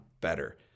better